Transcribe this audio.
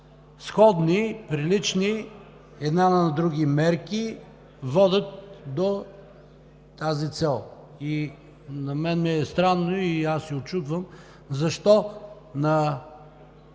сходни, прилични една на друга мерки и водят до тази цел. На мен ми е странно и се учудвам защо на